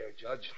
Judge